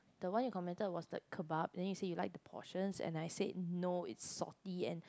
the one you commented was like kebab then you said you like the portions and I said no it's salty and